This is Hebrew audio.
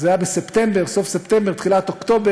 זה היה בסוף ספטמבר, תחילת אוקטובר.